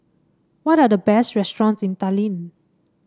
what are the best restaurants in Tallinn